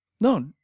No